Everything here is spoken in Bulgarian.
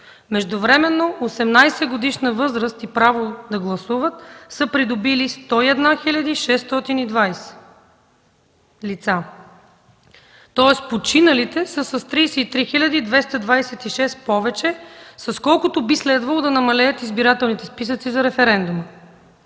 Междувременно 18-годишна възраст и право да гласуват са придобили 101 хил. 620 лица. Тоест починалите са с 33 хил. 226 повече, с колкото би следвало да намалеят избирателните списъци за референдума.